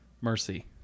Mercy